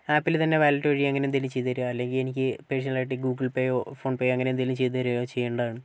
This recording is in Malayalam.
ആപ്പിൽ തന്നെ വാലെറ്റ് വഴി അങ്ങനെ എന്തെങ്കിലും ചെയ്ത് തരിക അല്ലെങ്കിൽ എനിക്ക് പേർസണൽ ആയിട്ട് ഗൂഗിൾ പേയോ ഫോൺപേയോ അങ്ങനെ എന്തെങ്കിലും ചെയ്ത് തരികയോ ചെയ്യേണ്ടതാണ്